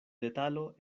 detalo